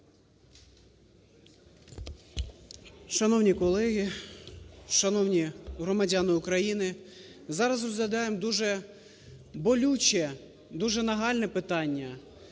Шановні колеги, шановні громадяни України, зараз розглядаємо дуже болюче, дуже нагальне питання.